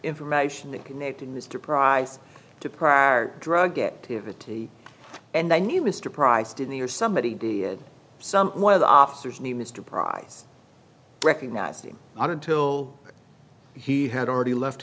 information that connected mr price to prior drug activity and i knew mr priced in the or somebody did some one of the officers knew mr prize recognizing until he had already left